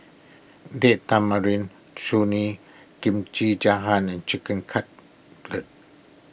Date Tamarind Chutney Kimchi and Chicken Cutlet